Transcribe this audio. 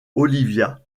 olivia